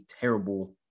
terrible